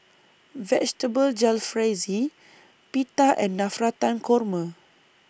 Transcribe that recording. Vegetable Jalfrezi Pita and Navratan Korma